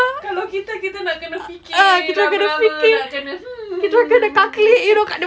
kalau kita kita nak kena fikir lama-lama nak kena hmm